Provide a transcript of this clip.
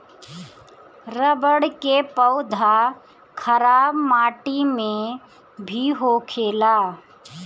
रबड़ के पौधा खराब माटी में भी होखेला